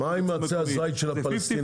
זה פיפטי פיפטי,